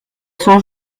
son